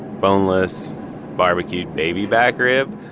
boneless barbecued baby back ribs.